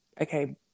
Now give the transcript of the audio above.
okay